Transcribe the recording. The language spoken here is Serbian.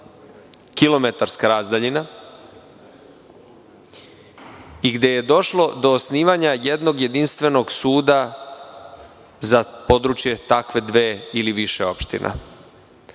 kilometarska razdaljina i gde je došlo do osnivanja jednog jedinstvenog suda za područje takve dve, ili više opština. Navešću